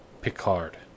picard